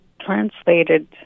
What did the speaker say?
translated